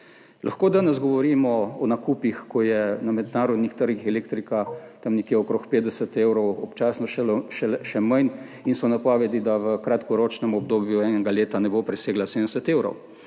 lahko govorimo o nakupih, ko je na mednarodnih trgih elektrika tam nekje okrog 50 evrov, občasno še manj, in so napovedi, da v kratkoročnem obdobju enega leta ne bo presegla 70 evrov.